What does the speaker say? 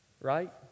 right